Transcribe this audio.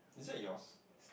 is it yours